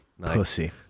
Pussy